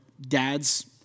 dads